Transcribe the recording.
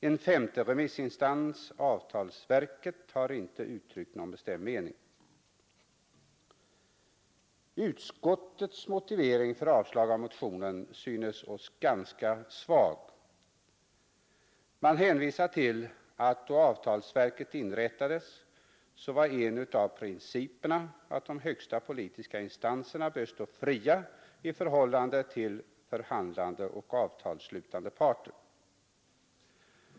En femte remissinstans, avtalsverket, har inte uttryckt någon bestämd mening. Utskottets motivering för avslag av motionen synes oss ganska svag. Man hänvisar till att då avtalsverket inrättades var en av principerna att de högsta politiska instanserna bör stå fria i förhållande till förhandlande och avtalsslutande parter.